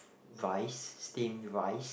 rice steamed rice